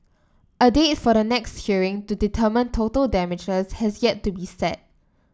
a date for the next hearing to determine total damages has yet to be set